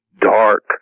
dark